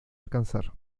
alcanzar